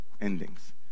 endings